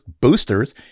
boosters